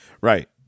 Right